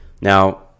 Now